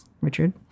Richard